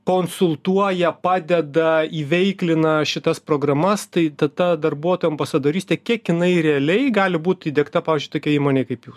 konsultuoja padeda įveiklina šitas programas tai tada darbuotojų ambasadorystė kiek jinai realiai gali būt įdiegta pavyzdžiui tokioj įmonėj kaip jūsų